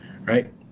Right